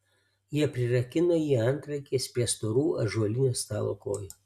jie prirakino jį antrankiais prie storų ąžuolinio stalo kojų